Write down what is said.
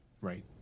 right